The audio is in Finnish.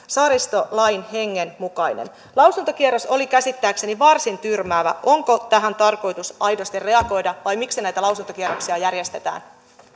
saaristolain hengen mukainen lausuntokierros oli käsittääkseni varsin tyrmäävä onko tähän tarkoitus aidosti reagoida vai miksi näitä lausuntokierroksia järjestetään